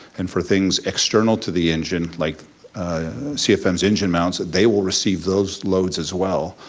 and for things external to the engine like cfm's engine mounts, they will receive those loads as well,